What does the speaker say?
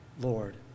Lord